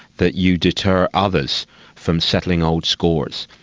that you deter others from settling old scores.